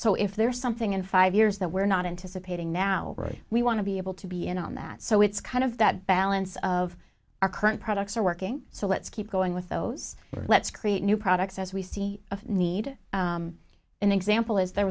so if there's something in five years that we're not anticipating now right we want to be able to be in on that so it's kind of that balance of our current products are working so let's keep going with those let's create new products as we see a need an example as there